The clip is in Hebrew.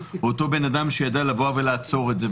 אותו בן אדם שידע לבוא ולעצור את זה.